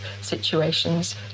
situations